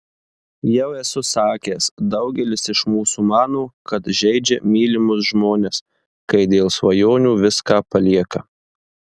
jau esu sakęs daugelis iš mūsų mano kad žeidžia mylimus žmones kai dėl svajonių viską palieka